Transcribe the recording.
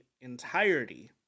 entirety